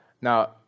now